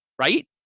right